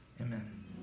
Amen